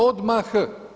Odmah.